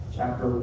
Chapter